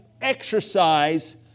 exercise